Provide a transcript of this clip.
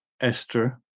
Esther